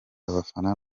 abafana